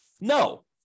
No